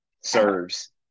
serves